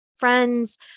friends